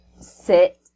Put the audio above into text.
sit